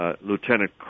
Lieutenant